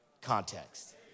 context